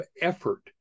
effort